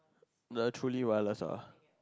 the truly wireless ah